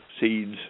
seeds